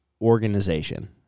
organization